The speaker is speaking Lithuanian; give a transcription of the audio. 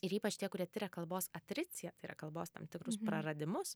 ir ypač tie kurie tiria kalbos atriciją tai yra kalbos tam tikrus praradimus